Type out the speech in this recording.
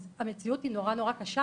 המציאות היא נורא נורא קשה,